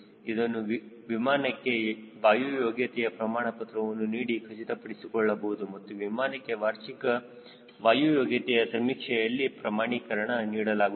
ಇದನ್ನು ವಿಮಾನಕ್ಕೆ ವಾಯು ಯೋಗ್ಯತೆಯ ಪ್ರಮಾಣ ಪತ್ರವನ್ನು ನೀಡಿ ಖಚಿತಪಡಿಸಿಕೊಳ್ಳಬಹುದು ಮತ್ತು ವಿಮಾನಕ್ಕೆ ವಾರ್ಷಿಕ ವಾಯು ಯೋಗ್ಯತೆಯ ಸಮೀಕ್ಷೆಯ ಪ್ರಮಾಣೀಕರಣ ನೀಡಲಾಗುತ್ತದೆ